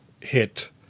hit